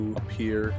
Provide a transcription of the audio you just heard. appear